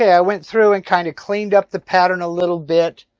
yeah went through and kind of cleaned up the pattern a little bit.